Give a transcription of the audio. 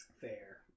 Fair